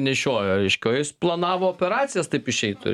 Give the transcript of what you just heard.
nešiojo reiškia o jis planavo operacijas taip išeitų